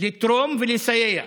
לתרום ולסייע.